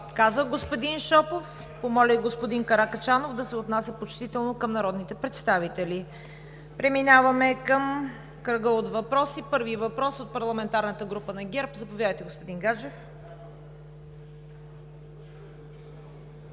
Казах, господин Шопов – помолих господин Каракачанов да се отнася почтително към народните представители. Преминаваме към кръга от въпроси. Първи въпрос от парламентарната група на ГЕРБ – заповядайте, господин Гаджев.